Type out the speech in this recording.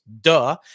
duh